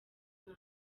maso